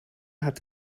hat